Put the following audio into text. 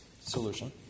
solution